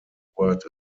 word